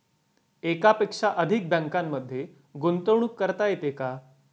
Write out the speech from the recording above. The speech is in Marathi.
एकापेक्षा अधिक बँकांमध्ये गुंतवणूक करता येते का?